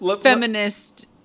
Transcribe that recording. feminist